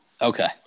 Okay